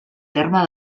terme